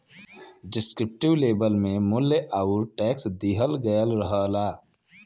descriptive label में मूल्य आउर टैक्स दिहल गयल रहला